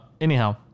anyhow